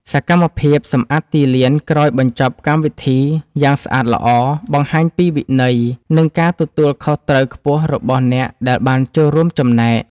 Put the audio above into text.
សកម្មភាពសម្អាតទីលានក្រោយបញ្ចប់កម្មវិធីយ៉ាងស្អាតល្អ បង្ហាញពីវិន័យ និងការទទួលខុសត្រូវខ្ពស់របស់អ្នកដែលបានចូលរួមចំណែក។